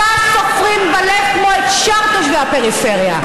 אותה סופרים בלב, כמו את שאר תושבי הפריפריה.